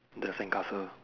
the sandcastle